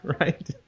right